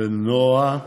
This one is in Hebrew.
נעה,